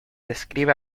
describe